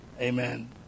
amen